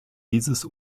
dieses